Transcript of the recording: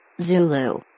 Zulu